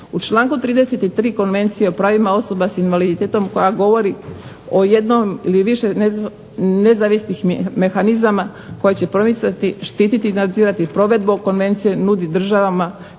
U članku 33. Konvencije o pravima osoba sa invaliditetom koja govori o jednom ili više nezavisnih mehanizam koji će promicati, štititi, nadzirati provedbu ove Konvencije nudi državama